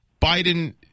Biden